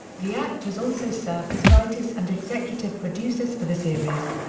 the actors also served as writers and executive producers for the series.